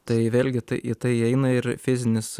tai vėlgi tai į tai įeina ir fizinis